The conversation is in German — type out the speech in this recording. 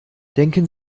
denken